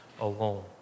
alone